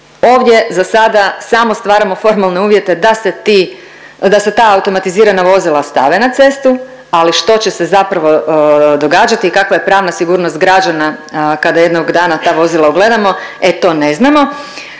ovdje za sada samo stvaramo formalne uvjete da se ti, da se ta automatizirana vozila stave na cestu, ali što će se zapravo događati i kakva je pravna sigurnost građana kada jednog dana ta vozila ugledamo, e to ne znamo,